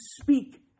speak